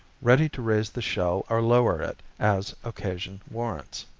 ready to raise the shell or lower it as occasion warrants.